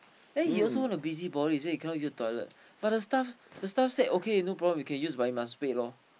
then he also want to busy body he say you cannot use toilet but the staff the staff said okay no problem you can use but you must wait loh